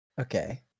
okay